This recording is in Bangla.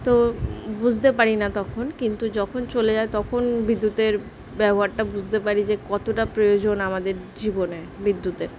তো বুঝতে পারি না তখন কিন্তু যখন চলে যায় তখন বিদ্যুতের ব্যবহারটা বুঝতে পারি যে কতটা প্রয়োজন আমাদের জীবনে বিদ্যুতের